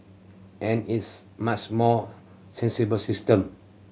and it's much more sensible system